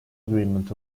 agreement